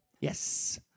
Yes